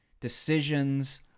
decisions